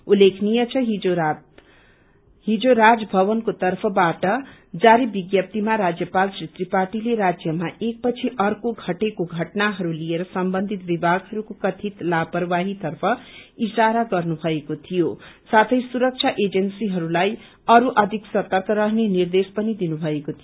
उल्लेखनीय छ हिजो राजभवनको तर्फबाट जारी विज्ञप्तीमा राजयपाल श्री त्रिपाठीले राज्यमा एक पछि अर्को घटेको घटनाहरू लिएर सम्बन्धित विभगहरूको कथित लापरवाही तर्फ इशारा गर्नु भएको थियो साथै सुरक्षा एजेन्सीहरूलाई अरू अधिक सर्तक रहने निर्देश पनि दिनु भएको थियो